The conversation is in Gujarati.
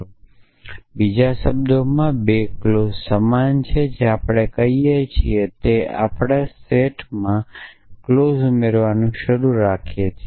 પછી બીજા શબ્દોમાં 2 ક્લોઝ સમાન છે જે આપણે કહીએ છીએ તે છે કે આપણે સેટમાં ક્લોઝ ઉમેરવાનું શરૂ રાખી શકીએ